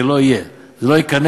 זה לא יהיה, זה לא יתכנס.